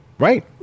Right